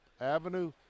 avenue